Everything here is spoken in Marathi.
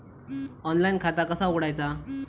ऑनलाइन खाता कसा उघडायचा?